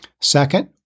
Second